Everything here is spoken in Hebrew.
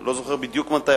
לא זוכר בדיוק מתי,